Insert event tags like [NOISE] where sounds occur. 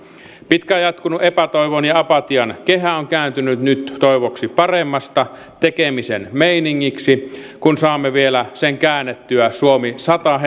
pitkään jatkunut epätoivon ja apatian kehä on kääntynyt nyt toivoksi paremmasta tekemisen meiningiksi kun saamme vielä sen käännettyä suomi sata [UNINTELLIGIBLE]